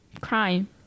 crime